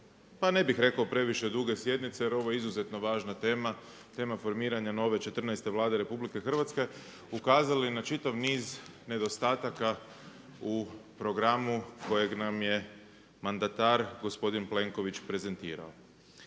pa ne bih rekao previše duge sjednice, jer ovo je izuzetno važna tema, tema formiranja nove četrnaeste Vlade RH ukazali na čitav niz nedostatak u programu kojeg nam je mandatar gospodin Plenković prezentirao.